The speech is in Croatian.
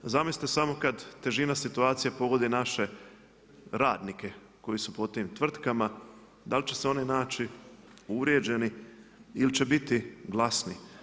Zamislite samo kad težina situacije pogodi naše radnike koji su po tim tvrtkama, dali će se oni naći uvrijeđeni ili će biti glasni.